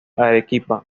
arequipa